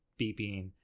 beeping